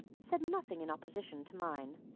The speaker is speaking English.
said nothing in opposition to mine.